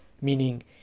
meaning